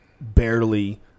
barely